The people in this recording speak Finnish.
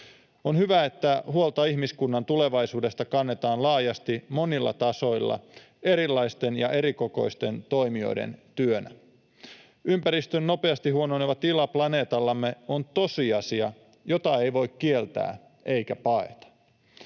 On hyvä, että huolta ihmiskunnan tulevaisuudesta kannetaan laajasti, monilla tasoilla, erilaisten ja erikokoisten toimijoiden työnä. Ympäristön nopeasti huononeva tila planeetallamme on tosiasia, jota ei voi kieltää eikä paeta.